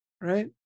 right